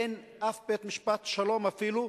אין בית-משפט שלום אפילו,